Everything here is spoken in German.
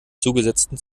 zugesetzten